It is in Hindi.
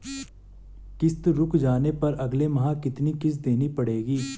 किश्त रुक जाने पर अगले माह कितनी किश्त देनी पड़ेगी?